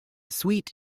sweet